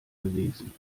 gewesen